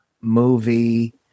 movie